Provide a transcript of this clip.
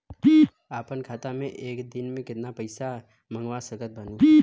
अपना खाता मे एक दिन मे केतना पईसा मँगवा सकत बानी?